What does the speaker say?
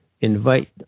invite